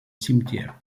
cimetière